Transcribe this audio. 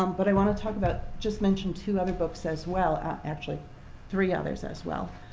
um but i want to talk about just mention two other books, as well actually three others, as well.